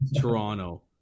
Toronto